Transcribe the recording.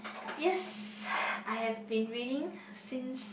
yes I have been reading since